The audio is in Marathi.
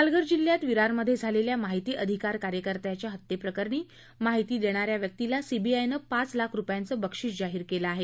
पालघर जिल्ह्यात विरारमध्ये झालेल्या माहिती अधिकार कार्यकर्त्याच्या हत्येप्रकरणी माहिती देणार्या व्यकीला सीबीआयने पाच लाख रुपयांचं बक्षीस जाहीर केलं आहे